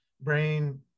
brain